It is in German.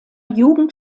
jugend